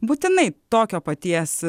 būtinai tokio paties